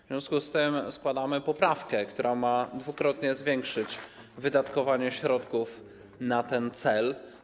W związku z tym składamy poprawkę, która ma dwukrotnie zwiększyć wydatkowanie środków na ten cel.